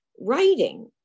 writing